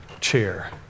chair